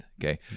okay